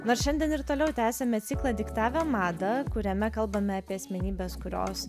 nors šiandien ir toliau tęsiame ciklą diktavę madą kuriame kalbame apie asmenybes kurios